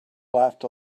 laughed